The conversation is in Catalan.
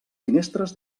finestres